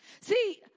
See